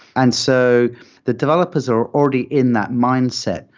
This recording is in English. and so the developers are already in that mindset.